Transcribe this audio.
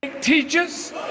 Teachers